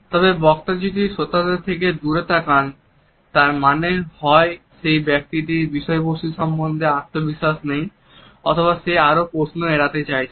তবে বক্তা যদি শ্রোতাদের থেকে দূরে তাকান তার মানে হয় সেই ব্যক্তিটির বিষয়বস্তু সম্বন্ধে আত্মবিশ্বাস নেই অথবা সে আরো প্রশ্ন এড়াতে চাইছেন